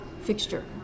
fixture